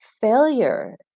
failure